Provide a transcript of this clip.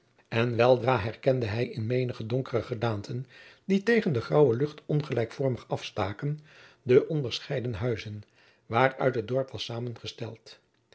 en weldra herkende hij in menige donkere gedaanten die tegen de graauwe lucht ongelijkvormig afstaken de onderscheiden huizen waaruit het dorp was samengesteld